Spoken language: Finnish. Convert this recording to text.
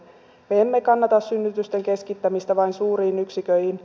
me emme kannata synnytysten keskittämistä vain suuriin yksiköihin